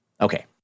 Okay